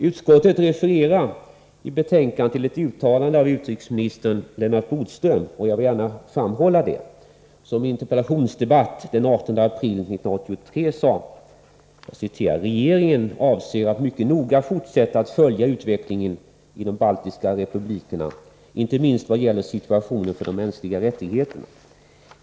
Utskottet refererar i betänkandet till ett uttalande av utrikesminister Lennart Bodström — och jag vill gärna understryka det —- som i en interpellationsdebatt den 18 april 1983 sade bl.a. följande: ”Regeringen avser att mycket noga fortsätta att följa utvecklingen i de baltiska republikerna, icke minst vad gäller situationen för de mänskliga rättigheterna.